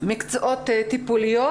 במקצועות טיפוליים,